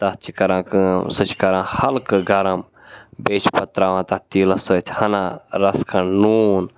تَتھ چھِ کَران کٲم سُہ چھِ کَران ہلکہٕ گَرَم بیٚیہِ چھِ پَتہٕ ترٛاوان تَتھ تیٖلَس سۭتۍ ہَنا رَس کھَنٛڈ نوٗن